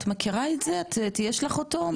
את מכירה את זה יש לך אותו?